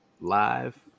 live